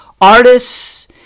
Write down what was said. artists